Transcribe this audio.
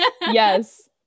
yes